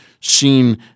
seen